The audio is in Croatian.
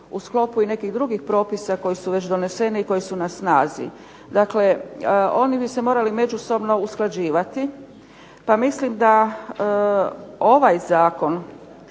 u sklopu i nekih drugih propisa koji su već doneseni i koji su na snazi. Dakle, oni bi se morali međusobno usklađivati, pa mislim da ovaj zakon